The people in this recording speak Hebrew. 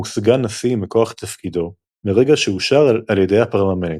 הוא סגן נשיא מכוח תפקידו מרגע שאושר על ידי הפרלמנט.